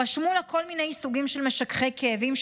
רשמו לה כל מיני סוגים של משככי כאבים,